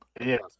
Yes